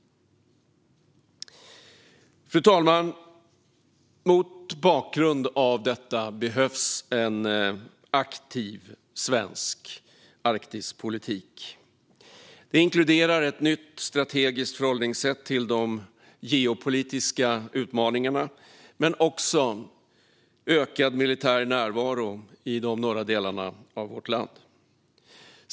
Fru talman! Mot bakgrund av detta behövs en aktiv svensk Arktispolitik. Det inkluderar ett nytt strategiskt förhållningssätt till de geopolitiska utmaningarna men också ökad militär närvaro i de norra delarna av vårt land.